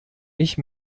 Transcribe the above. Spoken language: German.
ich